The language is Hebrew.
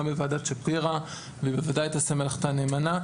בוועדת שפירא והיא בוודאי תעשה את מלאכתה נאמנה.